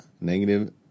negative